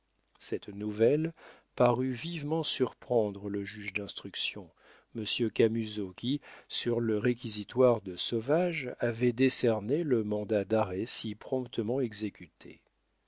cette nouvelle parut vivement surprendre le juge d'instruction monsieur camusot qui sur le réquisitoire de sauvager avait décerné le mandat d'arrêt si promptement exécuté